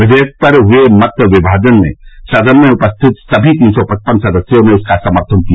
विधेयक पर हुए मत विभाजन में सदन में उपस्थित सभी तीन सौ पचपन सदस्यों ने इसका समर्थन किया